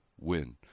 win